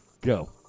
Go